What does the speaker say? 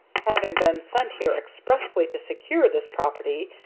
having been sent here expressly to secure this property,